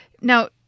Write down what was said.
Now